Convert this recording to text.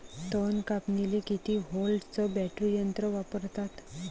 तन कापनीले किती व्होल्टचं बॅटरी यंत्र वापरतात?